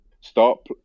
Start